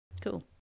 cool